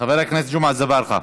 חבר הכנסת ג'מעה אזברגה.